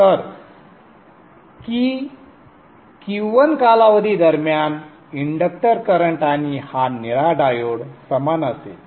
तर की Q1 कालावधी दरम्यान इंडक्टर करंट आणि हा निळा डायोड समान असेल